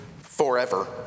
forever